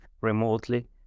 remotely